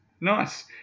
Nice